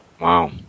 Wow